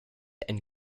and